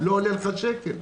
לא עולה לך שקל.